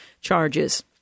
charges